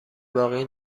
باقی